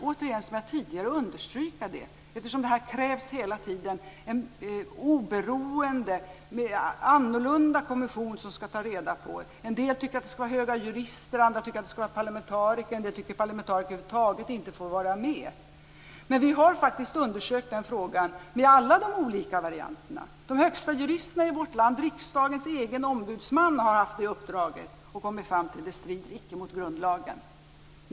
Här har hela tiden krävts en oberoende, annorlunda kommission. En del anser att kommissionen skall bestå av höga jurister, andra tycker att den skall bestå av parlamentariker medan återigen andra tycker att parlamentariker över huvud taget inte skall ingå. Frågan har faktiskt undersökts av alla de olika varianterna. De högsta juristerna i vårt land och riksdagens egen ombudsman har haft detta uppdrag och kommit fram till att hanteringen icke strider mot grundlagen.